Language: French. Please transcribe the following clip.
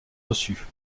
reçues